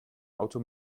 auto